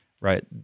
Right